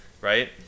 right